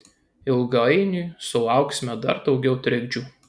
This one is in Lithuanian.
ilgainiui sulauksime dar daugiau trikdžių